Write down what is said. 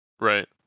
right